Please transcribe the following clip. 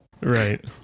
right